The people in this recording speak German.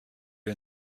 wir